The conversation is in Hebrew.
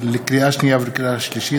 לקריאה שנייה ולקריאה שלישית,